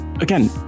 again